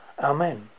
Amen